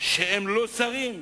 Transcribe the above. שהם לא שרים,